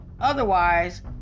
Otherwise